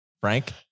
Frank